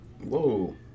Whoa